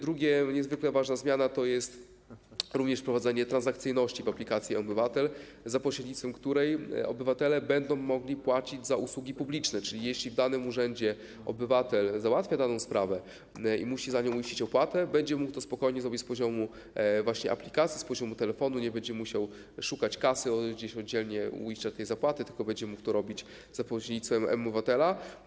Druga niezwykle ważna zmiana to jest również wprowadzenie transakcyjności w aplikacji mObywatel, za pośrednictwem której obywatele będą mogli płacić za usługi publiczne, czyli jeśli w danym urzędzie obywatel załatwia daną sprawę i musi uiścić opłatę, będzie mógł to spokojnie zrobić z poziomu aplikacji, z poziomu telefonu, nie będzie musiał szukać oddzielnie kasy, żeby uiścić opłatę, tylko będzie mógł to robić za pośrednictwem mObywatela.